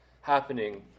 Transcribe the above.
happening